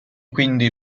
quindi